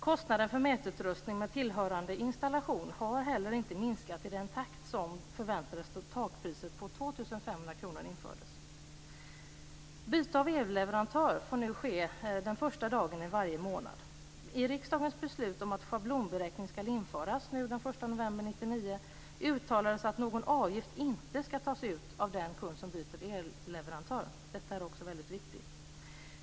Kostnaden för mätutrustning med tillhörande installation har heller inte minskat i den takt som förväntades då takpriset på 2 500 kr infördes. Byte av elleverantör får nu ske den första dagen i varje månad. I riksdagens beslut om att schablonberäkning ska införas den 1 november 1999 uttalades att någon avgift inte ska tas ut av den kund som byter elleverantör. Detta är viktigt.